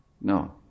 No